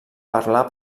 parlar